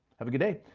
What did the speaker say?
have a good day.